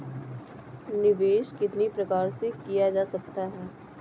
निवेश कितनी प्रकार से किया जा सकता है?